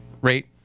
rate